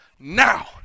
Now